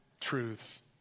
truths